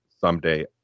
someday